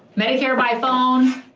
medicare by phone.